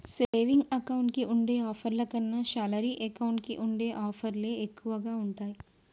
saving account కి ఉండే ఆఫర్ల కన్నా శాలరీ అకౌంట్ కి ఉండే ఆఫర్లే ఎక్కువగా ఉంటాయి